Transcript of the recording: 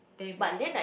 then it'll be very fast